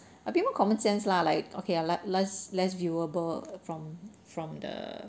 a bit more common sense lah like okay ah like less less viewable from from the